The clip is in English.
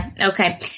Okay